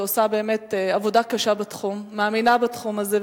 שעושה באמת עבודה קשה בתחום ומאמינה בתחום הזה.